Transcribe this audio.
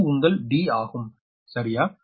இது உங்கள் D ஆகும் சரியா